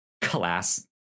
class